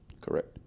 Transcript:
Correct